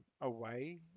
away